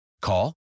Call